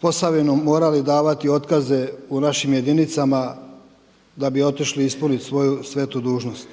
Posavinu morali davati otkaze u našim jedinicama da bi otišli ispuniti svoju svetu dužnost.